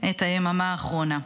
את היממה האחרונה: